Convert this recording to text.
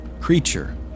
creature